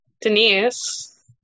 Denise